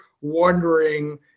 wondering